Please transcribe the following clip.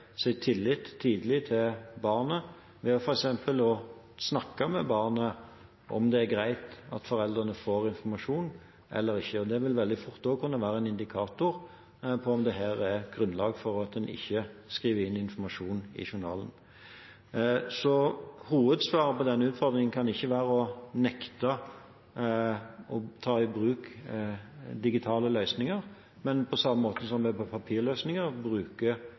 tillit tidlig til barnet ved f.eks. å snakke med barnet om det er greit at foreldrene får informasjon eller ikke. Det vil veldig fort kunne være en indikator på om det her er grunnlag for at en ikke skriver inn informasjon i journalen. Hovedsvaret på den utfordringen kan ikke være å nekte å ta i bruk digitale løsninger, men på samme måte som ved papirløsninger, må man bruke det regelverket som er. På